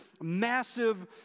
massive